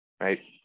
right